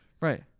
right